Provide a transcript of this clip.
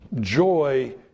Joy